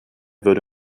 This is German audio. würde